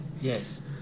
Yes